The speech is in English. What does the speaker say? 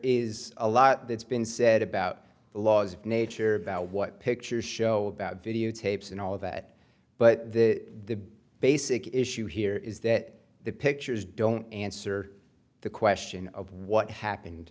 is a lot that's been said about the laws of nature about what pictures show about video tapes and all that but the basic issue here is that the pictures don't answer the question of what happened